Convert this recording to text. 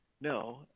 no